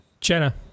Jenna